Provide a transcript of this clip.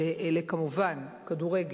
שאלה כמובן כדורגל,